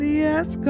yes